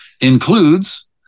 includes